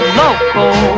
local